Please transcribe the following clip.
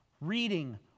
Reading